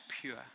pure